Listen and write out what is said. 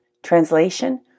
Translation